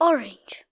Orange